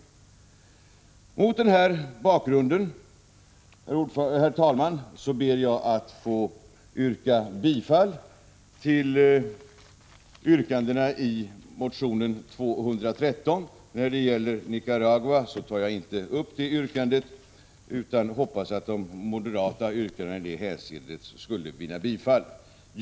Mot denna bakgrund, herr talman, ber jag att få yrka bifall till yrkandena i motion U213. Jag tar inte upp yrkandet om Nicaragua utan hoppas att de övriga moderata yrkandena i det hänseendet vinner bifall.